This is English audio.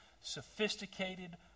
sophisticated